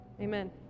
Amen